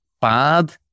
bad